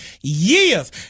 years